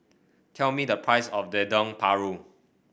tell me the price of the Dendeng Paru